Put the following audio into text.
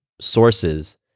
sources